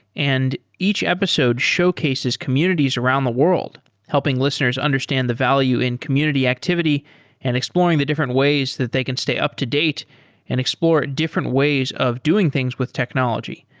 and each episode showcases communities around the world helping listeners understand the value in community activity and exploring the different ways that they can stay up-to-date and explore different ways of doing things with technology.